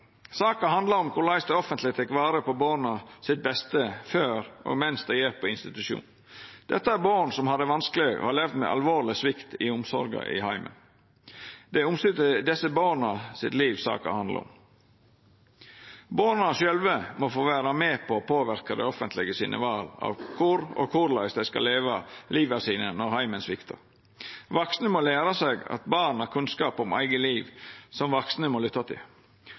Saka handlar om korleis det offentlege tek vare på det beste for borna før og mens dei er på institusjon. Dette er born som har det vanskeleg, og som har levd med alvorleg svikt i omsorga i heimen. Det er omsynet til livet til desse borna saka handlar om. Borna sjølve må få vera med på å påverka dei vala det offentlege tek om kor og korleis dei skal leva livet sitt når heimen sviktar. Vaksne må læra seg at born har kunnskap om eige liv som vaksne må lytta til. Ungane må få tid til